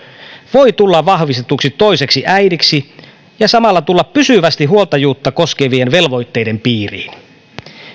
voi tulla vahvistetuksi toiseksi äidiksi ja samalla tulla pysyvästi huoltajuutta koskevien velvoitteiden piiriin